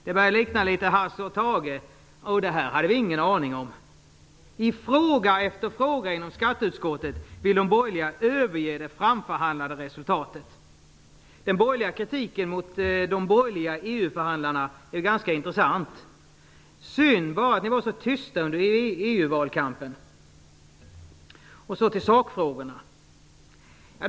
Det börjar likna Hasse & Tage när de säger: Det hade vi ingen aaning om. I fråga efter fråga inom skatteutskottet vill de borgerliga överge det framförhandlade resultatet. Den borgerliga kritiken mot de borgerliga EU förhandlarna är ju ganska intressant. Synd bara att ni var så tysta under EU-valkampen. Så till sakfrågorna.